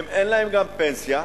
אין להם גם פנסיה,